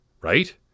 Right